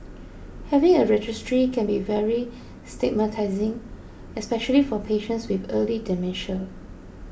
having a registry can be very stigmatising especially for patients with early dementia